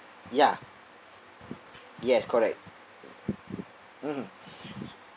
ya yes correct mmhmm